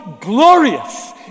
glorious